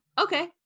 okay